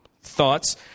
thoughts